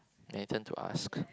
any turn to ask